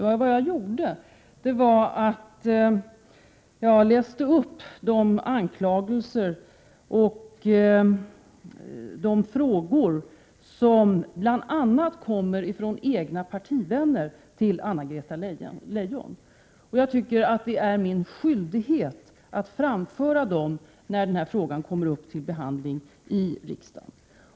Vad jag gjorde var att läsa upp de anklagelser och de frågor som bl.a. kommer från partivänner till Anna-Greta Leijon. Jag tycker att det är min skyldighet att framföra detta när den här saken kommer upp till behandling i riksdagen.